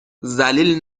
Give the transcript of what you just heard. ذلیل